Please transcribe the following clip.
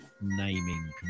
naming